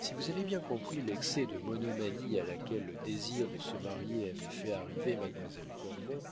si vous avez bien compris l'excès de monomanie à laquelle le désir de se marier avait fait arriver mademoiselle cormon